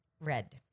red